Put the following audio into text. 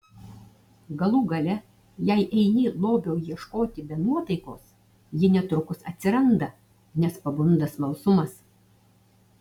galų gale jei eini lobio ieškoti be nuotaikos ji netrukus atsiranda nes pabunda smalsumas